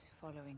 following